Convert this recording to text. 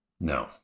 No